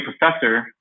professor